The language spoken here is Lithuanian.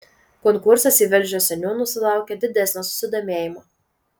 konkursas į velžio seniūnus sulaukė didesnio susidomėjimo